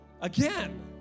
Again